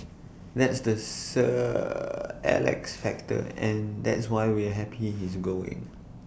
that's the sir Alex factor and that's why we're happy he's going